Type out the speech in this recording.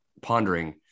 pondering